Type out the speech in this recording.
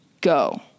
go